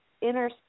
inner